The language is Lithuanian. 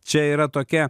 čia yra tokia